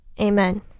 Amen